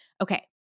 okay